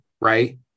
right